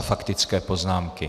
Faktické poznámky.